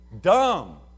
dumb